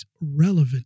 relevant